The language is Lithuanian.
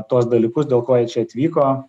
tuos dalykus dėl ko jie čia atvyko